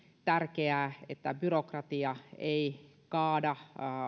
tärkeää että byrokratia ei kaada